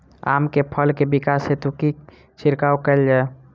आम केँ फल केँ विकास हेतु की छिड़काव कैल जाए?